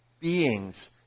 beings